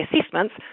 assessments